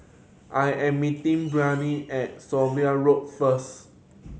I am meeting Brien at Sommerville Road first